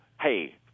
hey